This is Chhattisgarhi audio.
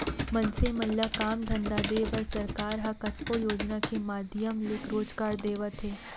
मनसे मन ल काम धंधा देय बर सरकार ह कतको योजना के माधियम ले रोजगार देवत हे